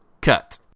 Cut